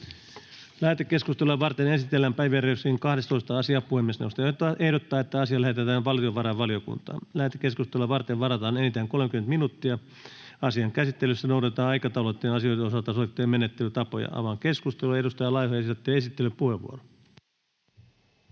Lähetekeskustelua varten esitellään päiväjärjestyksen 11. asia. Puhemiesneuvosto ehdottaa, että asia lähetetään lakivaliokuntaan. Lähetekeskusteluun varataan enintään 30 minuuttia. Asian käsittelyssä noudatetaan aikataulutettujen asioiden osalta sovittuja menettelytapoja. Avaan keskustelun. Edustaja Laiho, olkaa hyvä, esittelypuheenvuoro.